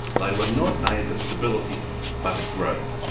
they were not aimed at stability but at growth.